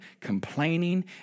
complaining